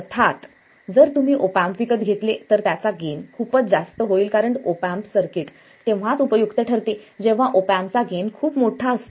अर्थात जर तुम्ही ऑप एम्प विकत घेतले तर त्याचा गेन खूपच जास्त होईल कारण ऑप एम्प सर्किट तेव्हाच उपयुक्त ठरते जेव्हा ऑप एम्प चा गेन खूप मोठा असतो